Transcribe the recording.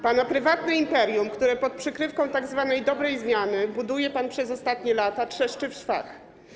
Pana prywatne imperium, które pod przykrywką tzw. dobrej zmiany buduje pan przez ostatnie lata, trzeszczy w szwach.